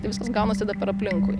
tai viskas gaunasi dar per aplinkui